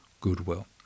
goodwill